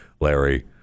Larry